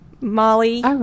Molly